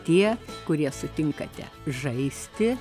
tie kurie sutinkate žaisti